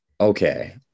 Okay